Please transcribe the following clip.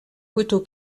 coteau